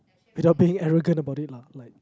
without being arrogant about it lah like